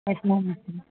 yes ma'am yes ma'am